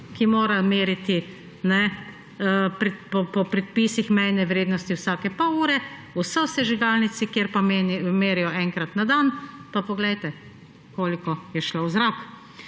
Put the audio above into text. ki mora meriti po predpisih mejne vrednosti vsake pol ure, v sosežigalnici, kjer pa merijo enkrat na dan, pa poglejte, koliko je šlo v zrak.